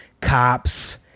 cops